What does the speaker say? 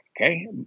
okay